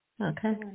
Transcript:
Okay